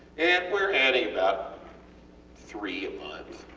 and were adding about three a month.